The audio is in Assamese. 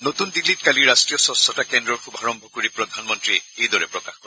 নতুন দিল্লীত কালি ৰাষ্ট্ৰীয় স্বছতা কেন্দ্ৰৰ শুভাৰভ কৰি প্ৰধানমন্ত্ৰীয়ে এইদৰে প্ৰকাশ কৰে